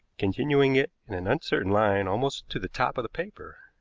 continuing it in an uncertain line almost to the top of the paper.